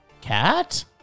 Cat